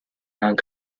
hong